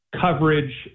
coverage